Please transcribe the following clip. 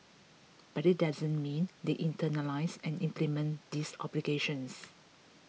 but it doesn't mean they internalise and implement these obligations